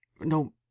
No